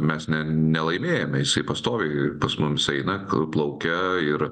mes nelaimėjome jisai pastoviai pas mumis eina plaukia ir